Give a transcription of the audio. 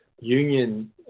union